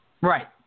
right